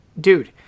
dude